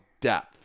depth